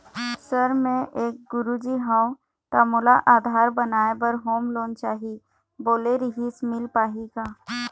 Sir मे एक गुरुजी हंव ता मोला आधार बनाए बर होम लोन चाही बोले रीहिस मील पाही का?